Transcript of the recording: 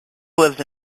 lives